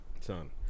Son